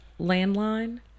landline